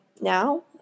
now